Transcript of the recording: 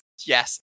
yes